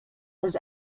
has